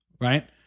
right